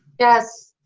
yes.